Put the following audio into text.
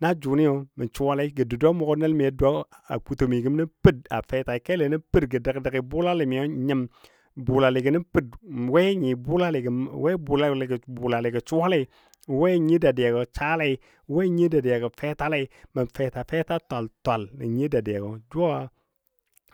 Na jʊnɨ mə Sʊwa lei gə doʊ doʊ mʊgɔ nəl mi a dou koto mi gəm per a fɛtai kelo nən per dəg- dəg bʊlami n nyim bʊlali gɔ nən ped we nyi bʊlaligɔ n we bʊlaligɔ suwale, we nyiyo dadiya saalei, we nyiyo dadiya fɛtalei, mə fɛta fɛta twal twal nyyiyo dadiyagɔ jʊ